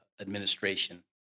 administration